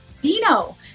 Dino